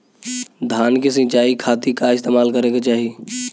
धान के सिंचाई खाती का इस्तेमाल करे के चाही?